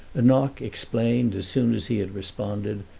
a knock explained, as soon as he had responded,